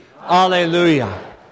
Hallelujah